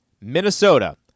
Minnesota